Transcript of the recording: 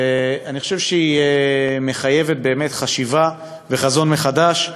ואני חושב שהיא מחייבת באמת חשיבה וחזון מחודש.